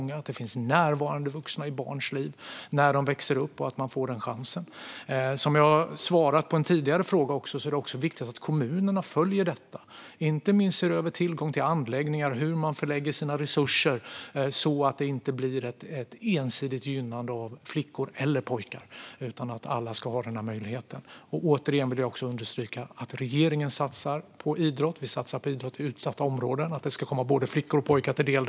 Det gör att det finns närvarande vuxna i barns liv när de växer upp och att de får den chansen. Som jag har svarat på en tidigare fråga är det också viktigt att kommunerna följer detta. Det handlar inte minst om att se över tillgången till anläggningar och hur resurserna fördelas, så att det inte blir ett ensidigt gynnande av flickor eller pojkar. Alla ska ha den här möjligheten. Jag vill återigen understryka att regeringen satsar på idrott i utsatta områden, vilket ska komma både flickor och pojkar till del.